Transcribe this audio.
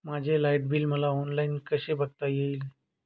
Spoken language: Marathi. माझे लाईट बिल मला ऑनलाईन कसे बघता येईल?